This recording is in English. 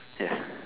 ya